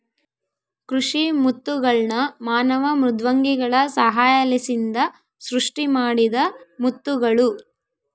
ಕೃಷಿ ಮುತ್ತುಗಳ್ನ ಮಾನವ ಮೃದ್ವಂಗಿಗಳ ಸಹಾಯಲಿಸಿಂದ ಸೃಷ್ಟಿಮಾಡಿದ ಮುತ್ತುಗುಳು